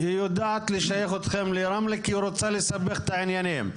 היא יודעת לשייך אתכם לרמלה כי היא רוצה לסבך את העניינים.